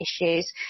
issues